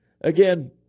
Again